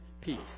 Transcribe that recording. peace